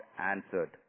answered